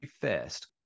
first